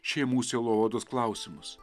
šeimų sielovados klausimus